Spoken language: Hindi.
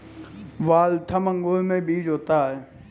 वाल्थम अंगूर में बीज होता है